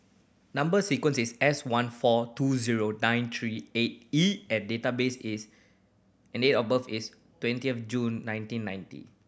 number sequence is S one four two zero nine three eight E and database is and date of birth is twenty of June nineteen ninety